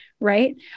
right